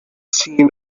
seen